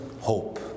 hope